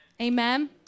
amen